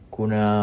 kuna